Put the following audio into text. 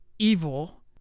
evil